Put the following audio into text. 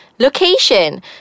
location